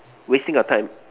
wasting of time